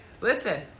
listen